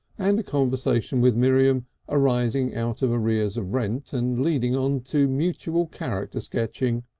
and a conversation with miriam arising out of arrears of rent and leading on to mutual character sketching,